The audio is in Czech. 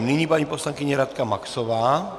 Nyní paní poslankyně Radka Maxová.